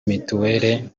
mituweli